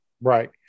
Right